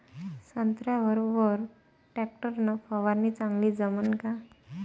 संत्र्यावर वर टॅक्टर न फवारनी चांगली जमन का?